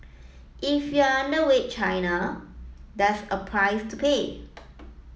if you are underweight China that's a price to pay